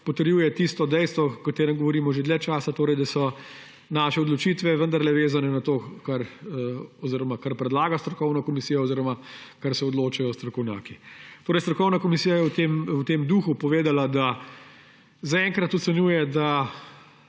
potrjuje dejstvo, o katerem govorimo že dlje časa, torej da so naše odločitve vendarle vezane na to, kar predlaga strokovna komisija oziroma kar se odločijo strokovnjaki. Strokovna komisija je v tem duhu povedala, da zaenkrat ocenjuje, da